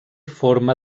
forma